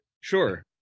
sure